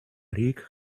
rick